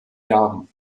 jahren